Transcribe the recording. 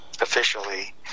officially